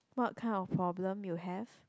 what kind of problem you have